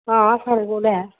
हां साढ़े कोल ऐ